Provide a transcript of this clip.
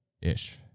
ish